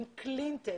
עם קלינטד,